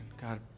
God